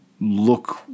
look